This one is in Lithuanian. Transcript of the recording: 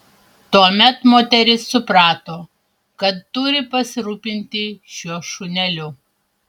tuomet moteris suprato kad turi pasirūpinti šiuo šuneliu